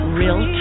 real